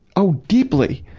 oh, deeply.